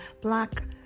black